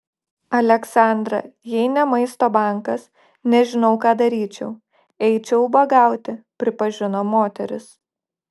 aleksandra jei ne maisto bankas nežinau ką daryčiau eičiau ubagauti pripažino moteris